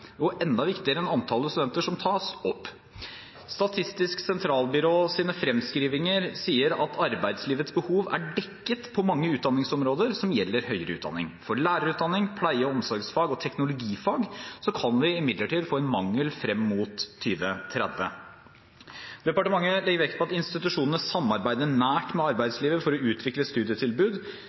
enda viktigere enn antallet studenter som tas opp. Statistisk sentralbyrås fremskrivinger sier at arbeidslivets behov er dekket på mange utdanningsområder som gjelder høyere utdanning. For lærerutdanning, pleie- og omsorgsfag og teknologifag kan vi imidlertid få en mangel frem mot 2030. Departementet legger vekt på at institusjonene samarbeider nært med arbeidslivet for å utvikle studietilbud